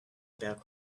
about